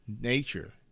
nature